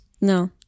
no